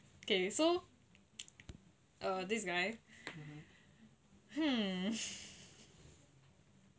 okay so this guy hmm